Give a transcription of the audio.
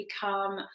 become